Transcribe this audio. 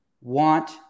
want